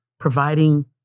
providing